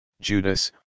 Judas